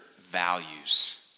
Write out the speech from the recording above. values